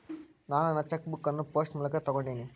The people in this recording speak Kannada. ನಾನು ನನ್ನ ಚೆಕ್ ಬುಕ್ ಅನ್ನು ಪೋಸ್ಟ್ ಮೂಲಕ ತೊಗೊಂಡಿನಿ